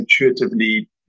intuitively